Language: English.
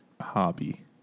hobby